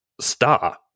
star